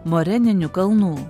moreninių kalnų